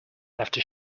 after